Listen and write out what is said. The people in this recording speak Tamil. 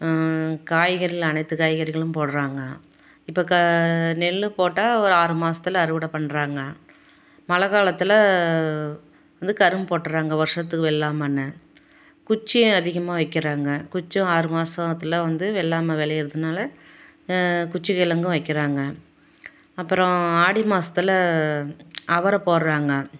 காய்கறிகள் அனைத்து காய்கறிகளும் போட்டுறாங்க இப்போ க நெல் போட்டால் ஒரு ஆறு மாசத்தில் அறுவடை பண்ணுறாங்க மழை காலத்தில் வந்து கரும்பு போட்டுடுறாங்க வருஷத்துக்கு வெள்ளாமைன்னு குச்சியும் அதிகமா வைக்கிறாங்க குச்சும் ஆறு மாசத்தில் வந்து வெள்ளாமை விளையிறதுனால குச்சி கிலங்கும் வைக்கிறாங்க அப்புறம் ஆடி மாசத்தில் அவரை போடுறாங்க